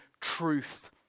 truth